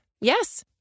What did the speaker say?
Yes